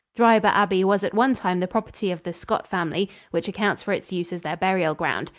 dryburgh abbey was at one time the property of the scott family, which accounts for its use as their burial-ground.